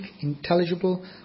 intelligible